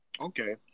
Okay